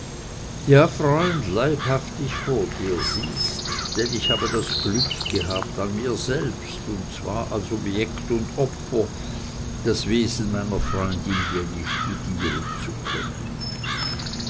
ja freund leibhaftig vor dir siehst denn ich habe das glück gehabt an mir selbst und zwar als objekt und opfer das wesen meiner freundin jenny studieren zu können